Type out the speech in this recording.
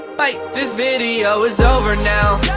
bye! this video is over now